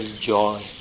joy